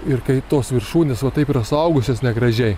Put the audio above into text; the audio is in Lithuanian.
ir kai tos viršūnės va taip yra suaugusios negražiai